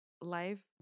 life